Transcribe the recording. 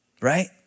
Right